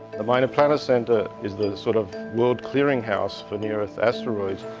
the minor planet center is the sort of world clearing house for near earth asteroids.